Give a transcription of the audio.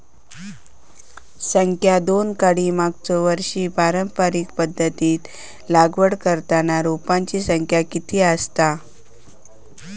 संख्या दोन काडी मागचो वर्षी पारंपरिक पध्दतीत लागवड करताना रोपांची संख्या किती आसतत?